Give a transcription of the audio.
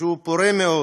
שהוא פורה מאוד,